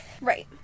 Right